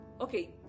okay